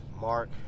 Mark